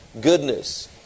goodness